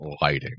lighting